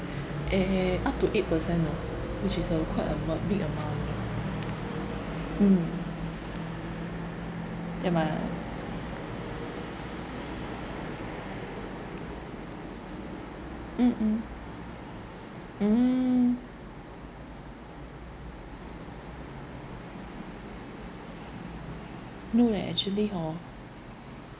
eh up to eight percent orh which is a quite amo~ big amount mm ya mah mm mm mm no leh actually hor